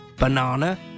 Banana